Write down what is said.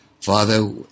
Father